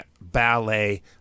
ballet